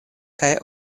kaj